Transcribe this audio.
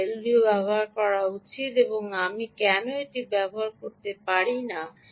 আমাকে এলডিও ব্যবহার করা উচিত এবং আমি কেন এটি ব্যবহার করতে পারি না